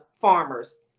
farmers